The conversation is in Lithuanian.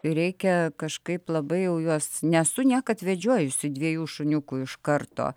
reikia kažkaip labai jau juos nesu niekad vedžiojusi dviejų šuniukų iš karto